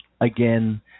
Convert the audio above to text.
again